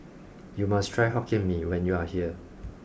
you must try hokkien me when you are here